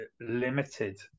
limited